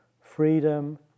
freedom